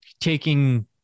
taking